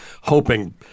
hoping